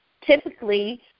Typically